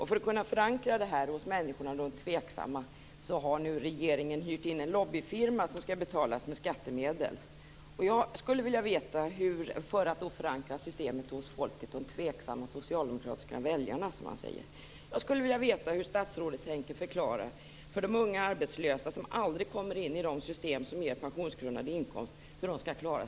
För att förankra uppgörelsen hos de tveksamma socialdemokratiska väljarna har regeringen hyrt in en lobbyfirma som skall betalas med skattemedel. Jag skulle vilja veta hur statsrådet tänker förklara för de unga arbetslösa som aldrig kommer in i de system som ger pensionsgrundande inkomst hur de skall klara sig, dvs. hur principen om livsinkomst ser ut för dem.